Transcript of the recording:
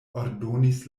ordonis